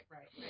Right